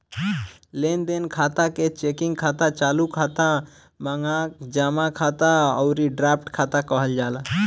लेनदेन खाता के चेकिंग खाता, चालू खाता, मांग जमा खाता अउरी ड्राफ्ट खाता कहल जाला